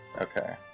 Okay